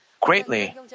greatly